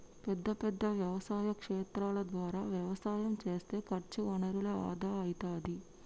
పెద్ద పెద్ద వ్యవసాయ క్షేత్రాల ద్వారా వ్యవసాయం చేస్తే ఖర్చు వనరుల ఆదా అయితది